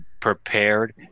prepared